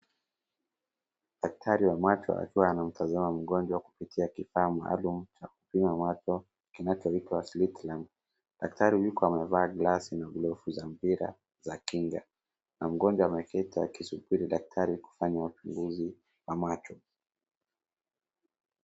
Daktari wa macho akiwa kutumia kifaa maalum cha kupima macho kinachoitwa slit lamp .Daktari huyu amevaa glasi na glovu za mpira za kinga na mgonjwa ameketi akisubiri daktari kufanya uchunguzi wa macho.